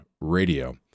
Radio